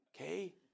Okay